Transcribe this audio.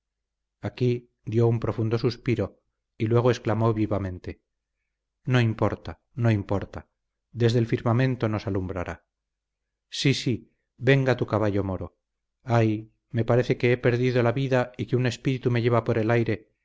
aquí dio un profundo suspiro y luego exclamó vivamente no importa no importa desde el firmamento nos alumbrará sí sí venga tu caballo moro ay me parece que he perdido la vida y que un espíritu me lleva por el aire